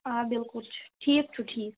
آ بِلکُل چھُ ٹھیٖک چھُ ٹھیٖک